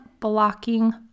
blocking